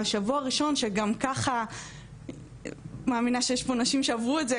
בשבוע הראשון שגם ככה מאמינה שיש פה נשים שעברו את זה,